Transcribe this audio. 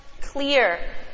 clear